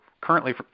currently